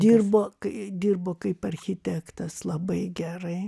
dirbo dirbo kaip architektas labai gerai